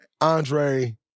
Andre